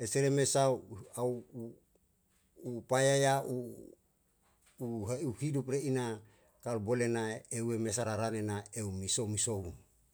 eseri me sau uhu au u u payayu u he'u hidup re'i na kalu bole na eweu me sararane na ei miso misohu.